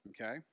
okay